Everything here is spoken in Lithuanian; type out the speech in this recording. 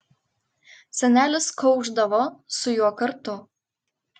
senelis kaušdavo su juo kartu